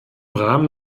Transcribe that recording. rahmen